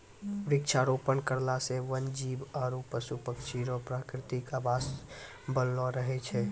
वृक्षारोपण करला से वन जीब आरु पशु पक्षी रो प्रकृतिक आवास बनलो रहै छै